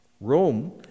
Rome